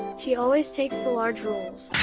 she always takes the large roles!